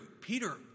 Peter